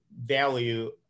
value